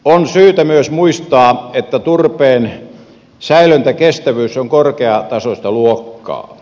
on syytä myös muistaa että turpeen säilöntäkestävyys on korkeatasoista luokkaa